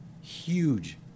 huge